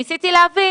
ניסיתי להבין,